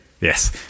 Yes